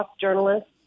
journalists